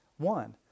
One